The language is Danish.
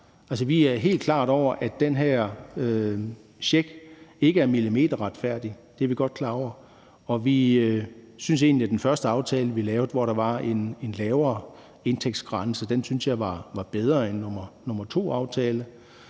Vi er helt klar over, at den her check ikke er milimeterretfærdig, det er vi godt klar over, og vi synes egentlig, at den første aftale, vi lavede, hvor der var en lavere indtægtsgrænse, var bedre end aftale